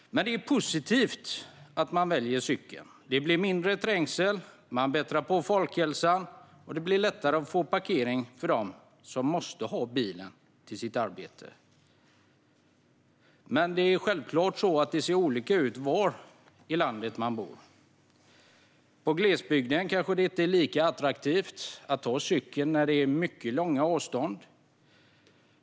Men det är positivt att man väljer cykeln. Det blir mindre trängsel, man bättrar på folkhälsan och det blir lättare för dem som måste ta bilen till sitt arbete att hitta parkering. Det ser självklart olika ut beroende på var i landet som man bor. I glesbygden kanske det inte är lika attraktivt att ta cykeln när det är mycket långa avstånd.